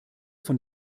von